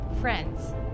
friends